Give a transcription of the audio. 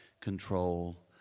control